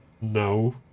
No